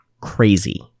crazy